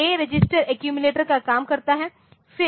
तो यह A register accumulation का काम करता है